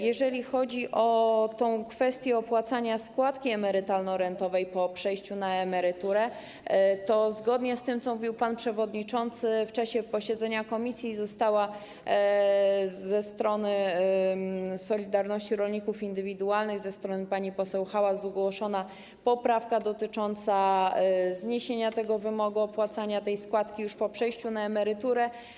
Jeżeli chodzi o kwestię opłacania składki emerytalno-rentowej po przejściu na emeryturę, to zgodnie z tym, co mówił pan przewodniczący, w czasie posiedzenia komisji została ze strony ˝Solidarności˝ Rolników Indywidualnych, ze strony pani poseł Hałas zgłoszona poprawka dotycząca zniesienia wymogu opłacania składki już po przejściu na emeryturę.